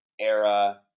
era